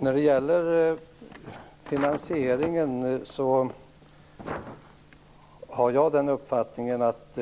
Herr talman! Jag har den uppfattningen att